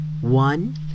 one